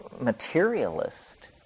materialist